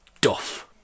Duff